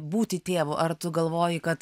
būti tėvu ar tu galvoji kad